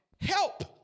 help